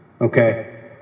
okay